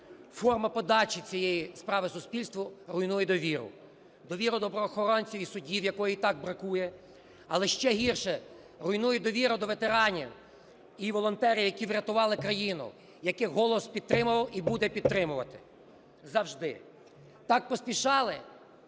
Форма подачі цієї справи суспільству руйнує довіру, довіру до правоохоронців і суддів, якої і так бракує, але ще гірше – руйнує довіру до ветеранів і волонтерів, які врятували країну, яких "Голос" підтримував і буде підтримувати завжди. Так поспішали,